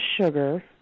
sugar